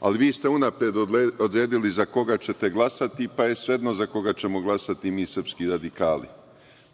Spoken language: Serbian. ali vi ste unapred odredili za koga ćete glasati, pa je sve jedno za koga ćemo glasati mi srpski radikali.